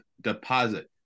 deposit